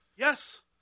yes